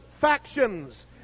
factions